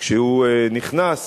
כשהוא נכנס